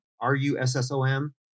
r-u-s-s-o-m